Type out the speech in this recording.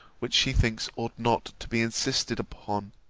which she thinks ought not to be insisted upon?